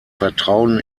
vertrauen